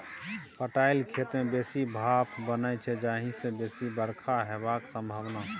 पटाएल खेत मे बेसी भाफ बनै छै जाहि सँ बेसी बरखा हेबाक संभाबना